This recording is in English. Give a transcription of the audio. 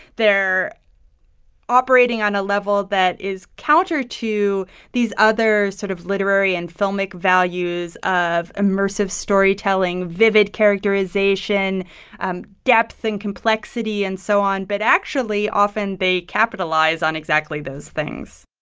they're operating on a level that is counter to these other sort of literary and filmic values of immersive storytelling, vivid characterization and depth and complexity and so on. but actually often they capitalize on exactly those things